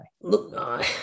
Look